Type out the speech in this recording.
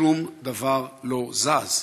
ושום דבר לא זז.